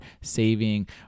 saving